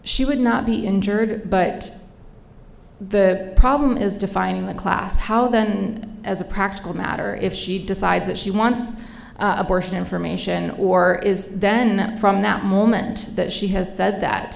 she would not be injured but the problem is defining the class how then as a practical matter if she decides that she wants abortion information or is then from that moment that she has said